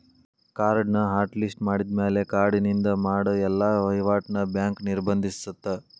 ಕಾರ್ಡ್ನ hot list ಮಾಡಿದ್ಮ್ಯಾಲೆ ಕಾರ್ಡಿನಿಂದ ಮಾಡ ಎಲ್ಲಾ ವಹಿವಾಟ್ನ ಬ್ಯಾಂಕ್ ನಿರ್ಬಂಧಿಸತ್ತ